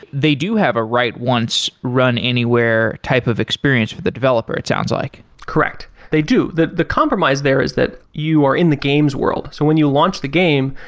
they do have a right once run anywhere type of experience for the developer it sounds like? correct, they do, the the compromise there is that you are in the games world so when you launch the game,